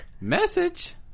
Message